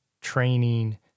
training